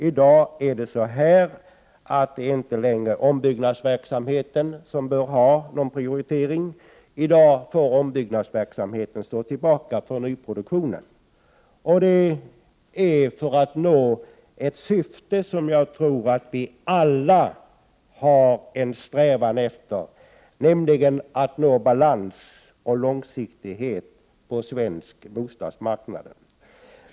I dag bör inte ombyggnadsverksamheten prioriteras utan den får stå tillbaka till förmån för nyproduktion — detta för att man skall nå det syfte som vi alla strävar efter, nämligen balans och långsiktighet på svensk bostadsmarknad.